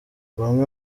bamwe